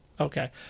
Okay